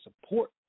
support